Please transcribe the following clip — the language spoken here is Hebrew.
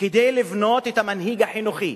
וכדי לבנות את המנהיג החינוכי,